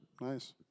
Nice